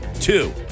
Two